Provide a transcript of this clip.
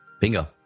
Bingo